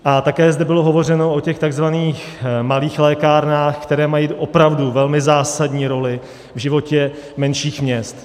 A také zde bylo hovořeno o těch tzv. malých lékárnách, které mají opravdu velmi zásadní roli v životě menších měst.